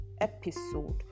episode